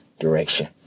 Direction